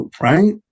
right